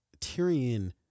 Tyrion